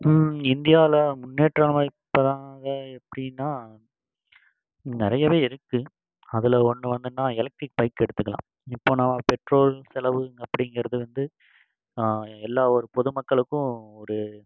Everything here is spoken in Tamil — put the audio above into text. இந்தியாவில் முன்னேற்றம் அமைப்பு தாங்க எப்படின்னா நிறையவே இருக்குது அதில் ஒன்று வந்துனால் எலெக்ட்ரிக் பைக் எடுத்துக்கலாம் இப்போது நம்ம பெட்ரோல் செலவு அப்படிங்கிறது வந்து எல்லா ஒரு பொதுமக்களுக்கும் ஒரு